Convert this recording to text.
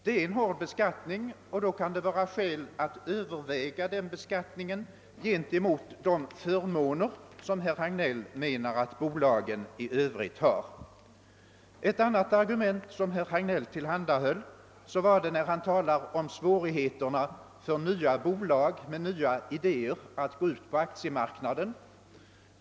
Det är en hård beskattning, och då kan det vara skäl att väga denna gentemot de förmåner som herr Hagnell menar att bolagen i övrigt har. Ett annat argument som herr Hagnell tillhandahöll gällde de svårigheter som nya bolag med nya idéer möter om de skall gå ut på aktiemarknaden.